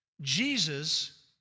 Jesus